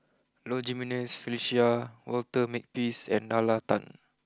Low Jimenez Felicia Walter Makepeace and Nalla Tan